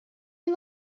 you